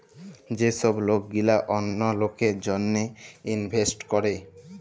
যে ছব লক গিলা অল্য লকের জ্যনহে ইলভেস্ট ক্যরে